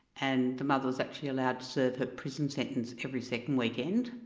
and the mother was actually allowed to serve her prison sentence every second weekend.